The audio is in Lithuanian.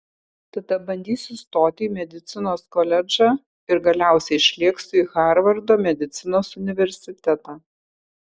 tada bandysiu stoti į medicinos koledžą ir galiausiai išlėksiu į harvardo medicinos universitetą